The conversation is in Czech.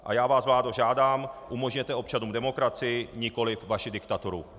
A já vás, vládo, žádám, umožněte občanům demokracii, nikoli vaši diktaturu.